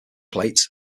plates